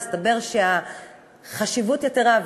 מסתבר שהחשיבות היתרה,